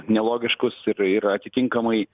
nelogiškus ir ir atitinkamai